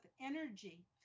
energy